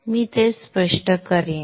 मी हे स्पष्ट करीन